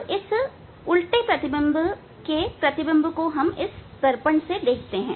अब इस उल्टे प्रतिबिंब के प्रतिबिंब को दर्पण से देखिए